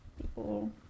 people